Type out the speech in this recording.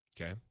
Okay